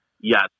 Yes